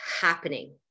happening